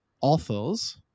authors